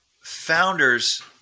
founders –